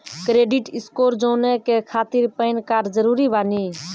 Credit score जाने के खातिर पैन कार्ड जरूरी बानी?